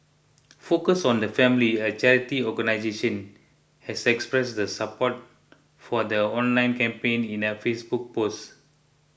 focus on the family a charity organisation has expressed the support for the online campaign in a Facebook posts